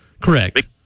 correct